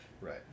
right